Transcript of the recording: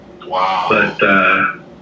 Wow